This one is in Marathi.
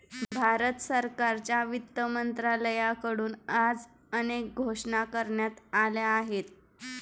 भारत सरकारच्या वित्त मंत्रालयाकडून आज अनेक घोषणा करण्यात आल्या आहेत